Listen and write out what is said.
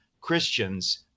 Christians